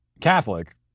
Catholic